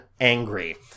angry